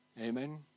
Amen